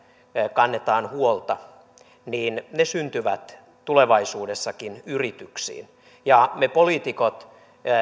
kannetaan huolta syntyvät tulevaisuudessakin yrityksiin emme me poliitikot